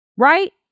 Right